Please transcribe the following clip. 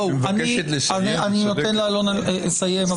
אני נותן לאלונה לסיים,